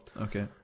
Okay